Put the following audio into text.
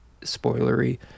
spoilery